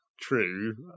true